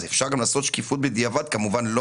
אז אפשר גם לעשות שקיפות בדיעבד כמובן לא